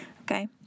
okay